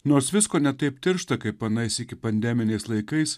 nors visko ne taip tiršta kaip anais iki pandeminiais laikais